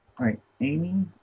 right, amy,